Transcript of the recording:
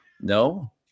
no